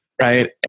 right